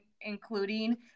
including